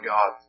God